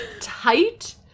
Tight